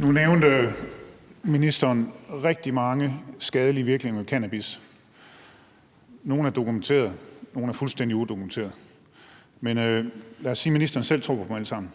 Nu nævnte ministeren rigtig mange skadelige virkninger ved cannabis. Nogle er dokumenterede, nogle er fuldstændig udokumenterede. Men lad os sige, at ministeren selv tror på dem alle sammen.